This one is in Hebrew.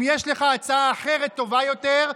אם יש לך הצעה אחרת טובה יותר,